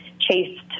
chased